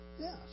Yes